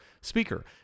speaker